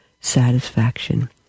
satisfaction